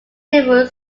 table